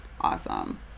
Awesome